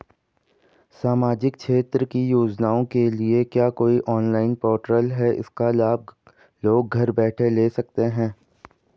सामाजिक क्षेत्र की योजनाओं के लिए क्या कोई ऑनलाइन पोर्टल है इसका लाभ लोग घर बैठे ले सकते हैं?